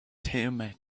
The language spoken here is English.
tim